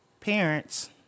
parents